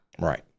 Right